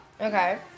Okay